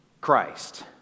Christ